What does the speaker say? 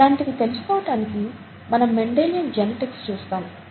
ఇలాంటివి తెలుసుకోవటానికి మనం మెండెలియాన్ జెనెటిక్స్ చూస్తాము